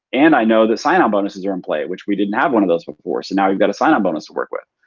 and i know that sign-on bonuses are in play which we didn't have one of those before. so now we've got a sign-on bonus to work with.